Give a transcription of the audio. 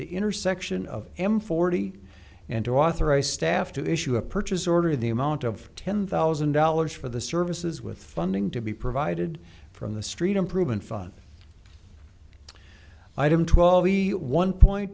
the intersection of m forty and to authorize staff to issue a purchase order the amount of ten thousand dollars for the services with funding to be provided from the street improvement fun item twelve one point